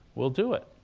we'll do it.